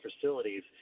facilities